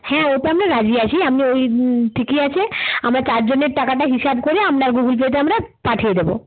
হ্যাঁ ওতে আমরা রাজি আছি আমরা ওই ঠিকই আছে আমরা চারজনের টাকাটা হিসাব করে আমরা গুগুল পেতে আমরা পাঠিয়ে দেব